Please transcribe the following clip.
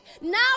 Now